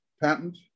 patent